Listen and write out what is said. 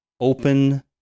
open